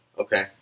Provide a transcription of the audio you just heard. Okay